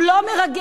הוא לא טרוריסט.